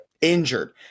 injured